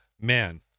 man